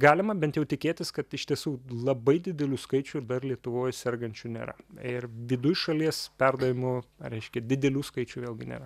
galima bent jau tikėtis kad iš tiesų labai didelių skaičių ir dar lietuvoj sergančių nėra ir viduj šalies perdavimų reiškia didelių skaičių vėlgi nėra